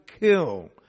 kill